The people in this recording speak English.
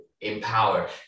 empower